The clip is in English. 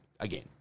Again